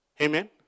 Amen